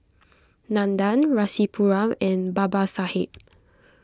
Nandan Rasipuram and Babasaheb